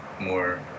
more